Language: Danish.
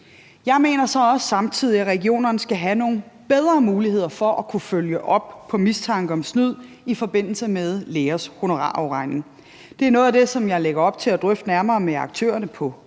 Jeg mener så også samtidig, at regionerne skal have nogle bedre muligheder for at kunne følge op på mistanke om snyd i forbindelse med lægers honorarafregning. Det er noget af det, som jeg lægger op til at drøfte nærmere med aktørerne på